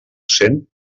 cent